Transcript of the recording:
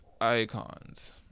icons